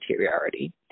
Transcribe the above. interiority